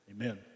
Amen